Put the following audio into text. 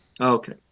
Okay